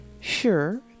Sure